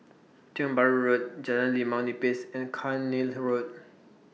Tiong Bahru Road Jalan Limau Nipis and Cairnhill Road